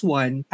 one